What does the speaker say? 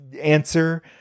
answer